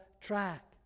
track